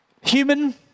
Human